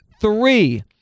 Three